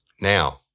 Now